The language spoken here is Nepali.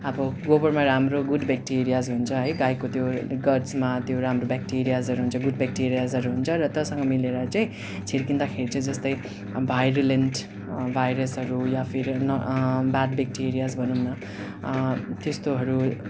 अब गोबरमा राम्रो गुड ब्याकटेरियाज हुन्छ है गाईको त्यो गडस्मा त्यो राम्रो ब्याकटेरियासहरू हुन्छ गुड ब्याकटेरियासहरू हुन्छ र त्योसँग मिलेर चाहिँ छर्किँदाखेरि चाहिँ जस्तै भाइरल ल्यान्ड भाइरसहरू या फिर न बारबेकटेरियासहरू भनौँ न अँ त्यस्तोहरू